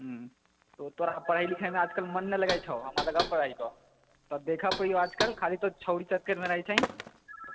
तोरा पढ़य लिखयमे आजकल मन नहि लागै छौं हम तोरा देखैत हइयो आजकल तोरा ख़ाली छोरी सब संगे रहै छिही